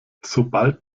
sobald